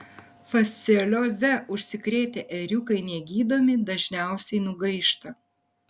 fasciolioze užsikrėtę ėriukai negydomi dažniausiai nugaišta